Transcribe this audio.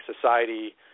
society